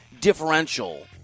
differential